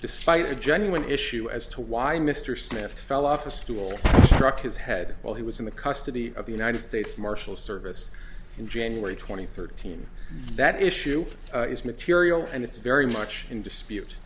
despite a genuine issue as to why mr smith fell off a stool struck his head while he was in the custody of the united states marshal service in january twenty third team that issue is material and it's very much in dispute